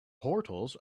portals